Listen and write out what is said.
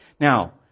Now